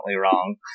wrong